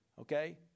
okay